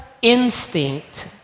instinct